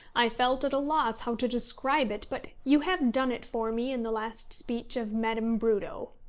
i felt at a loss how to describe it, but you have done it for me in the last speech of madame brudo.